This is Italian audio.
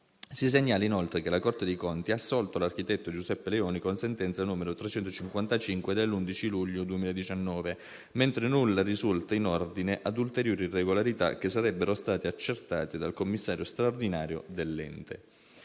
Si segnala, inoltre, che la Corte dei conti ha assolto l'architetto Giuseppe Leoni con sentenza n. 355 dell'11 luglio 2019, mentre nulla risulta in ordine ad ulteriori irregolarità che sarebbero state accertate dal Commissario straordinario dell'ente.